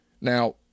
Now